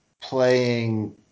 playing